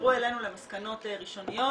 ותחזרו אלינו למסקנות ראשוניות.